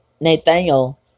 Nathaniel